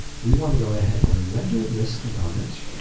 we wanna go ahead and render this component,